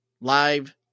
live